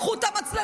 קחו את המצלמות,